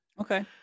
Okay